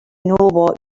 what